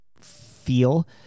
feel